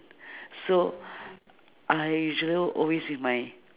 so I usually always with my